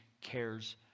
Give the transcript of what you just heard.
cares